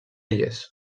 lles